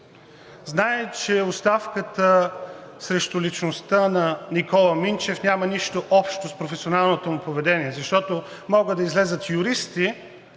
Знае, че оставката срещу личността на Никола Минчев няма нищо общо с професионалното му поведение, защото могат да излязат юристи